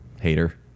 Hater